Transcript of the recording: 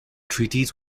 treaties